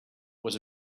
was